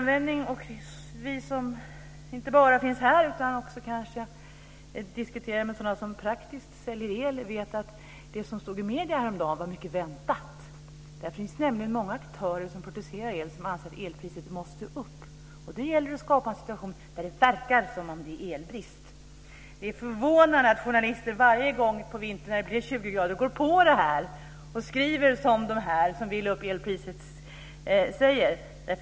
Vi som inte bara finns här utan också diskuterar med sådana som praktiskt säljer el vet att det som stod i medierna häromdagen var mycket väntat. Det finns nämligen många aktörer som producerar el och som anser att elpriset måste upp. Det gäller att skapa en situation där det verkar som om det är elbrist. Det är förvånande att journalister varje gång på vintern när det blir 20 grader går på det här och skriver som de som vill höja elpriset säger.